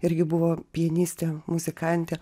irgi buvo pianistė muzikantė